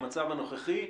במצב הנוכחי,